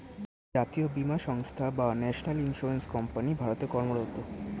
জাতীয় বীমা সংস্থা বা ন্যাশনাল ইন্স্যুরেন্স কোম্পানি ভারতে কর্মরত